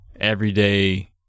everyday